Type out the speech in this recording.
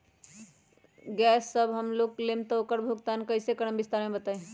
Gas जब हम लोग लेम त उकर भुगतान कइसे करम विस्तार मे बताई?